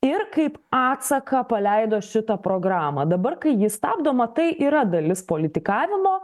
ir kaip atsaką paleido šitą programą dabar kai ji stabdoma tai yra dalis politikavimo